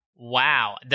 Wow